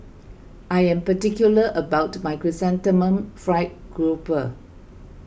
I am particular about my Chrysanthemum Fried Grouper